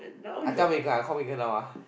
I tell Megan I call Megan now ah